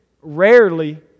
rarely